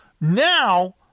Now